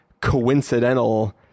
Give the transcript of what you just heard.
coincidental